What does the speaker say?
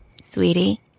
Sweetie